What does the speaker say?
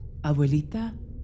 Abuelita